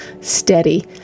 steady